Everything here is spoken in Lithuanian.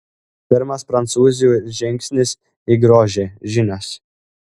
pirmas prancūzių žingsnis į grožį žinios